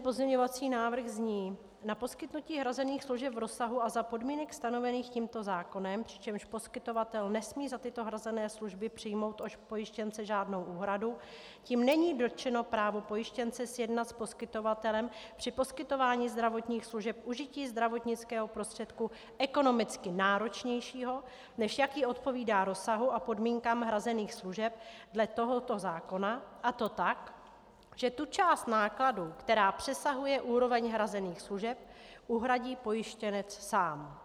Pozměňovací návrh zní: na poskytnutí hrazených služeb v rozsahu a za podmínek stanovených tímto zákonem, přičemž poskytovatel nesmí za tyto hrazené služby přijmout od pojištěnce žádnou úhradu; tím není dotčeno právo pojištěnce sjednat s poskytovatelem při poskytování zdravotních služeb užití zdravotnického prostředku ekonomicky náročnějšího, než jaký odpovídá rozsahu a podmínkám hrazených služeb dle tohoto zákona, a to tak, že tu část nákladů, která přesahuje úroveň hrazených služeb, uhradí pojištěnec sám.